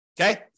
okay